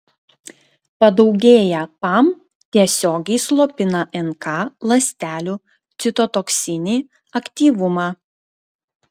padaugėję pam tiesiogiai slopina nk ląstelių citotoksinį aktyvumą